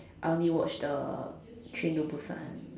I only watch the Train to Busan